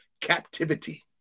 captivity